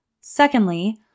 Secondly